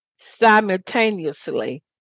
simultaneously